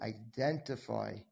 identify